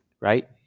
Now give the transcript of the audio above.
right